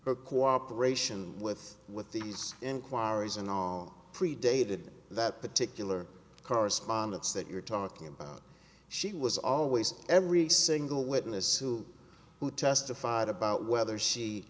a co op aeration with with these inquiries and all predated that particular correspondence that you're talking about she was always every single witness who testified about whether she